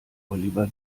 oliver